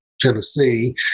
tennessee